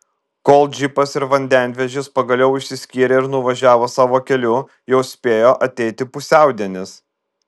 kol džipas ir vandenvežis pagaliau išsiskyrė ir nuvažiavo savo keliu jau spėjo ateiti pusiaudienis